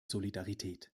solidarität